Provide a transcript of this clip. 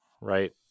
right